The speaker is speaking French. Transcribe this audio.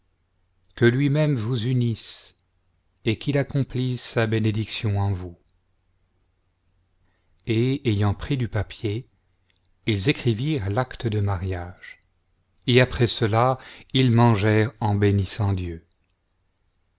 que lui-même vous'unisse et qu'il accomplisse sa bénédiction en vous et ayant pris du papier ils écrivirent l'acte de mariage et après cela ils mangèrent en bénissant dieu